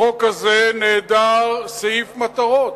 החוק הזה נעדר סעיף מטרות.